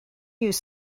use